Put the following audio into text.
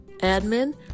admin